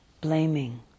blaming